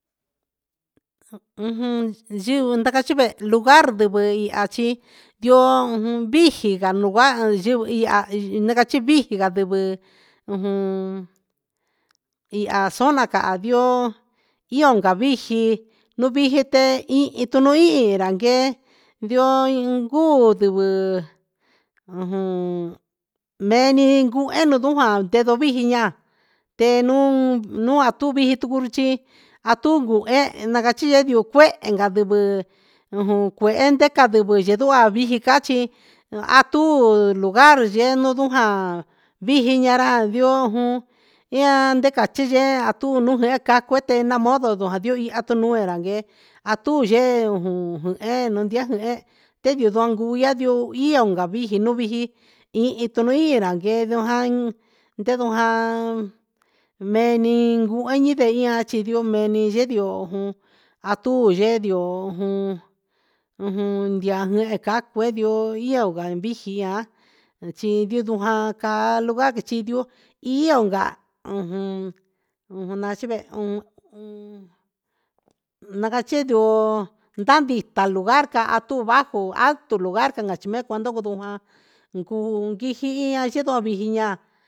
Ujun yɨɨ ta cachi ve lugar ndivɨ ihya chi yoo ujun vijii ca un vaha ndihu iha na cachi viji candivɨ ujun iha zona caha ndioo io ca viji un viji tee in in tu nuhi ra guee ndioo guu sivɨ ujun nee ni un cuu ene juu jaa ndendo viji jia na te un un atuvi ji ti jutu a tu uee na cachi yee ndiu cuehe ca ndivɨ ujun cuehe ndeca ndivɨ cachi a tu lugar llenu ndujaa viji a ra ndioo jun aan nde cachi yee a cati yee atu un jee un caa cuete na modo ndu ja nui a nuun ra gueen a tu yee jun jun ee ten ndiu ndoun guu yediu guu ion gaviji nuun un viji ini un itu iyo ranguee ndio jain ndendoo jaa meeni ju endi chi yu mee ndi yee ndioo juun a tu yendio uju vehe ca cu ndeio io vijia chi yindu jaa caa lugar ti ndiu io ga ujun nachi vehun na cachi yuu ndandi nda lugar caha tu bajo alto lugar na cachi mee cua ndujaan un cuu ndujujia chi ndo vijinia.